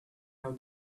how